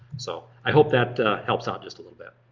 so i hope that helps out just a little bit.